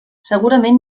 segurament